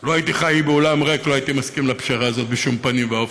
לו הייתי חי בעולם ריק לא הייתי מסכים לפשרה הזאת בשום פנים ואופן,